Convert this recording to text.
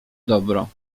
dobro